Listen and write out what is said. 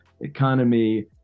economy